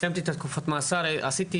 סיימתי את התקופת מאסר, עשיתי